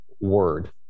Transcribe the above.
word